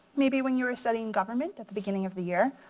maybe when you were studying government at the beginning of the year.